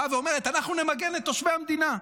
באה ואומרת: אנחנו נמגן את תושבי המדינה,